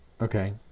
Okay